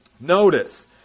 Notice